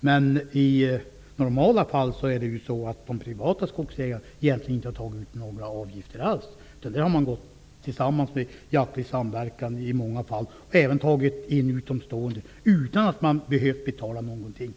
Men i normala fall tar de privata skogsägarna inte ut några avgifter alls. Man har i stället haft jaktlig samverkan och även i många fall tagit in utomstående utan att dessa behövt betala något arrende.